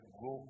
go